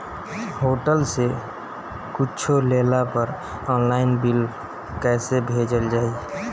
Hotel से कुच्छो लेला पर आनलाइन बिल कैसे भेजल जाइ?